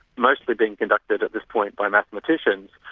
mostly being conducted at this point by mathematicians.